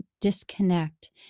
disconnect